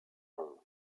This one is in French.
langues